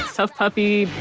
tough puppy,